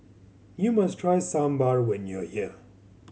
you must try Sambar when you are here